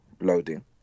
loading